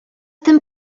tym